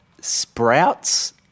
Sprouts